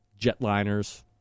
jetliners